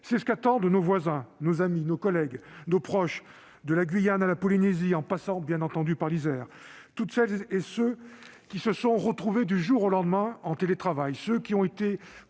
C'est ce qu'attendent nos voisins, nos amis, nos collègues, nos proches, de la Guyane à la Polynésie, en passant bien évidemment par l'Isère. Toutes celles et tous ceux qui se sont retrouvés du jour au lendemain en télétravail, ceux qui ont été